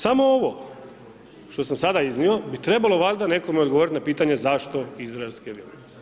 Samo ovo što sam sada iznio bi trebalo valjda nekome odgovoriti na pitanje zašto izraelski avioni.